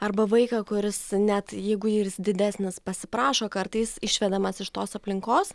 arba vaiką kuris net jeigu jis ir didesnis pasiprašo kartais išvedamas iš tos aplinkos